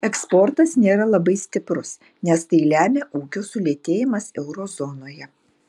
eksportas nėra labai stiprus nes tai lemia ūkio sulėtėjimas euro zonoje